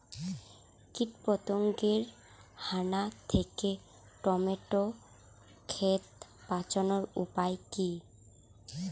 কীটপতঙ্গের হানা থেকে টমেটো ক্ষেত বাঁচানোর উপায় কি?